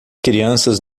crianças